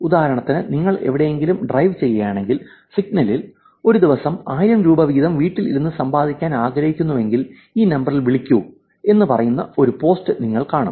ഉദാഹരണത്തിന് നിങ്ങൾ എവിടെയെങ്കിലും ഡ്രൈവ് ചെയ്യുകയാണെങ്കിൽ സിഗ്നലിൽ ഒരു ദിവസം 1000 രൂപ വീതം വീട്ടിൽ ഇരുന്നു സമ്പാദിക്കാൻ ആഗ്രഹിക്കുന്നു എങ്കിൽ ഈ നമ്പറിൽ വിളിക്കൂ എന്ന് പറയുന്ന ഒരു പോസ്റ്റ് നിങ്ങൾ കാണും